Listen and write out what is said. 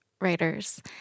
writers